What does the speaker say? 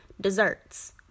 desserts